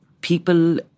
People